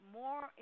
more